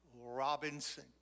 Robinson